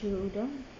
cucur udang